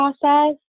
process